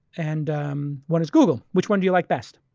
and um one is google. which one do you like best?